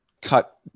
cut